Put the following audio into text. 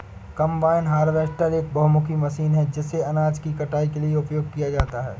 combine harvester एक बहुमुखी machine है जिसे अनाज की कटाई के लिए उपयोग किया जाता है